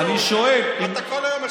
אני שואל אם, אתה כל היום משמיץ, אתה לא מציע.